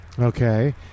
Okay